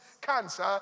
cancer